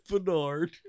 Bernard